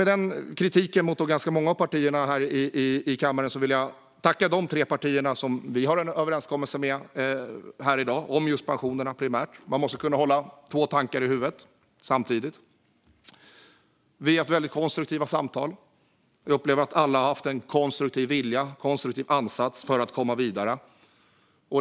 Med den kritiken mot ganska många av partierna här i kammaren vill jag tacka de tre partier som vi har en överenskommelse med här i dag, primärt om just pensionerna. Man måste kunna hålla två tankar i huvudet samtidigt. Vi har haft väldigt konstruktiva samtal. Jag upplever att alla har haft en konstruktiv vilja och en konstruktiv ansats för att komma vidare.